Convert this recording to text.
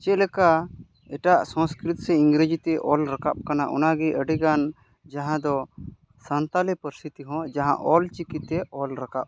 ᱪᱮᱫ ᱞᱮᱠᱟ ᱮᱴᱟᱜ ᱥᱚᱝᱥᱠᱨᱤᱛ ᱥᱮ ᱤᱝᱨᱮᱡᱤ ᱛᱮ ᱚᱞ ᱨᱟᱠᱟᱵ ᱠᱟᱱᱟ ᱚᱱᱟ ᱜᱮ ᱟᱹᱰᱤ ᱜᱟᱱ ᱡᱟᱦᱟᱸ ᱫᱚ ᱥᱟᱱᱛᱟᱲᱤ ᱯᱟᱹᱨᱥᱤ ᱛᱮᱦᱚᱸ ᱡᱟᱦᱟᱸ ᱚᱞᱪᱤᱠᱤ ᱛᱮ ᱚᱞ ᱨᱟᱠᱟᱵ